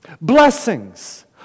Blessings